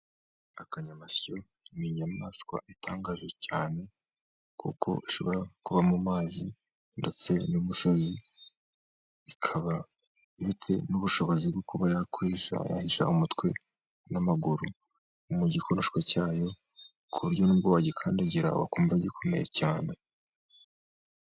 Akanyamasyo ni inyamaswa itangaje cyane, kuko ishobora kuba mu mazi ndetse n'umusozi, ikaba ifite ubushobozi bwo kuba yakwihisha, yahisha umutwe n'amaguru mu gikonoshwa cyayo, ku buryo nubwo wagikandagira wakumva gikomeye cyane.